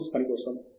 course పని కోసం